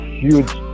huge